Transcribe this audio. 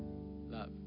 love